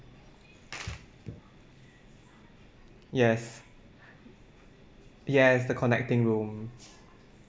yes yes the connecting room